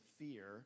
fear